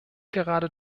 gerade